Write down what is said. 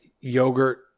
Yogurt